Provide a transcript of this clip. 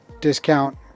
Discount